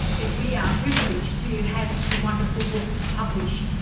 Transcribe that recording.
that we are privileged to have such a wonderful book to publish,